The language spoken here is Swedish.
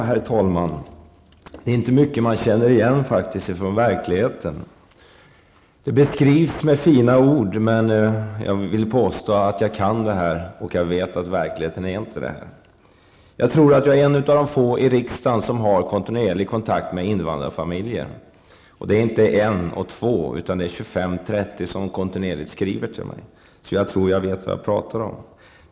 Herr talman! Det är inte mycket man här känner igen från verkligheten. Det beskrivs med fina ord, men jag vill påstå att jag kan det här och att verkligheten inte är så. Jag tror att jag är en av de få i riksdagen som har kontinuerlig kontakt med invandrarfamiljer. Det är inte en eller två utan 25--30 som kontinuerligt skriver till mig, så jag tror att jag vet vad jag talar om.